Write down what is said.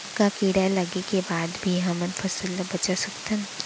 का कीड़ा लगे के बाद भी हमन फसल ल बचा सकथन?